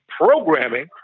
programming